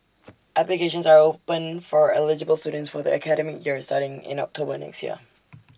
applications are open for eligible students for the academic year starting in October next year